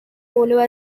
polo